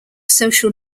social